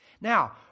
Now